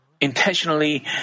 intentionally